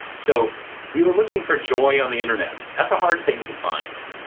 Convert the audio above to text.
so we were looking for joy on the internet, that's a hard thing to find.